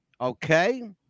okay